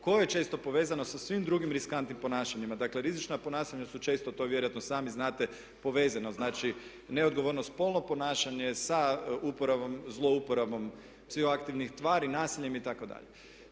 koje je često povezano sa svim drugim riskantnim ponašanjima. Dakle, rizična ponašanja su često to vjerojatno i sami znate povezana. Znači, neodgovorno spolno ponašanje sa zlouporabom psihoaktivnih tvari, nasiljem itd.